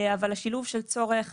אבל השילוב של צורך